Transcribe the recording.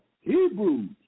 Hebrews